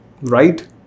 right